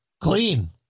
Clean